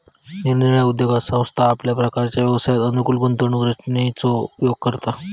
निरनिराळ्या उद्योगात संस्था आपल्या प्रकारच्या व्यवसायास अनुकूल गुंतवणूक रचनेचो उपयोग करता